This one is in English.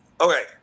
Okay